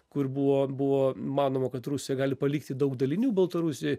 kur buvo buvo manoma kad rusija gali palikti daug dalinių baltarusijoj